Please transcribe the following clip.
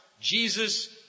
Jesus